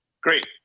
Great